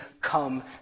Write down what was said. come